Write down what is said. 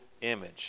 image